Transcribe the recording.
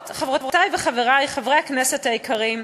חברותי וחברי, חברי הכנסת היקרים,